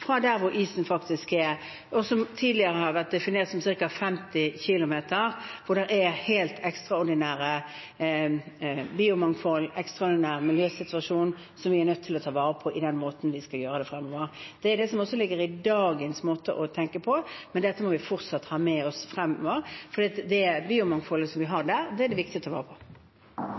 fra der hvor isen faktisk er, som tidligere har vært definert som ca. 50 km, hvor det er helt ekstraordinært biomangfold, en ekstraordinær miljøsituasjon som vi er nødt til å ta vare på i den måten vi skal gjøre det fremover. Det er det som også ligger i dagens måte å tenke på, men dette må vi fortsatt ha med oss fremover, for det biomangfoldet vi har der, er det viktig å ta vare på.